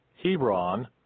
Hebron